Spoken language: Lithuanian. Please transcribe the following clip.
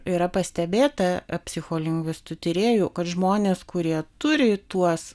yra pastebėta psicholingvistų tyrėjų kad žmonės kurie turi tuos